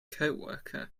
coworker